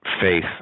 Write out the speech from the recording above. faith